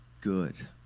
good